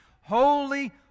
Holy